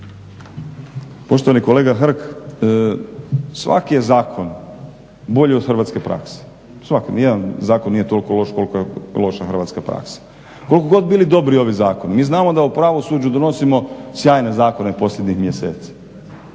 Poštovani kolega Hrg, svaki je zakon bolji od hrvatske prakse, svaki. Ni jedan zakon nije toliko loš koliko je loša hrvatska praksa. Koliko god bili dobri ovi zakoni mi znamo da u pravosuđu donosimo sjajne zakone posljednjih mjeseci.